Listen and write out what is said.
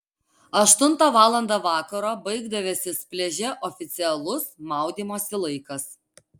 aštuntą valandą vakaro baigdavęsis pliaže oficialus maudymosi laikas